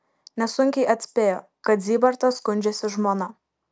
nesunkiai atspėjo kad zybartas skundžiasi žmona